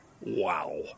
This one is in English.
Wow